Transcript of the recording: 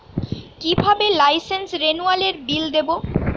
কিভাবে লাইসেন্স রেনুয়ালের বিল দেবো?